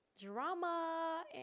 drama